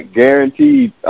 guaranteed